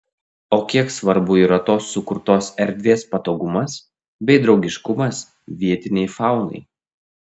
o kiek svarbu yra tos sukurtos erdvės patogumas bei draugiškumas vietinei faunai